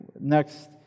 Next